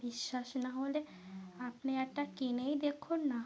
বিশ্বাস না হলে আপনি একটা কিনেই দেখুন না